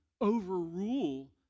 overrule